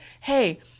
Hey